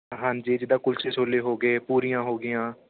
ਹਾਂਜੀ ਜਿੱਦਾਂ ਕੁਲਚੇ ਛੋਲੇ ਹੋ ਗਏ ਪੂਰੀਆਂ ਹੋ ਗਈਆਂ